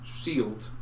sealed